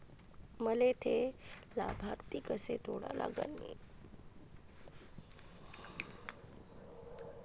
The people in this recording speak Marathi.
मले थे लाभार्थी कसे जोडा लागन?